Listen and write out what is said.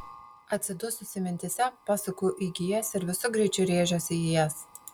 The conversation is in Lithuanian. atsidususi mintyse pasuku į gijas ir visu greičiu rėžiuosi į jas